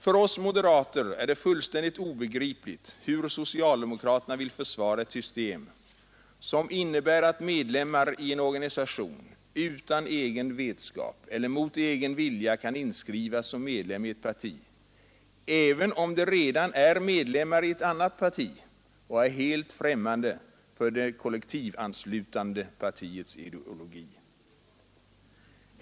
För oss moderater är det fullständigt obegripligt hur socialdemokraterna kan vilja försvara ett system som innebär att medlemmar i en organisation utan egen vetskap eller mot egen vilja kan inskrivas som medlem i ett parti, även om de redan är medlemmar i ett annat parti och är helt främmande för det kollektivanslutande partiets ideologi.